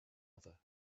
other